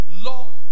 Lord